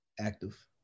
active